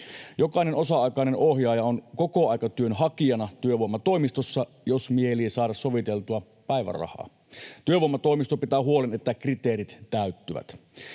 Jokainen osa-aikainen ohjaaja on kokoaikatyön hakijana työvoimatoimistossa, jos mielii saada soviteltua päivärahaa. Työvoimatoimisto pitää huolen, että kriteerit täyttyvät.